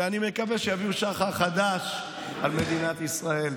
שאני מקווה שיביאו שחר חדש על מדינת ישראל.